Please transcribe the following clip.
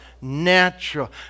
natural